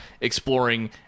exploring